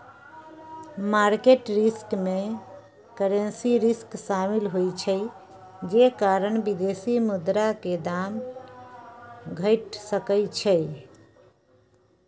market risk में currency risk शामिल होइ छइ जे कारण विदेशी मुद्रा के दाम घइट सकइ छइ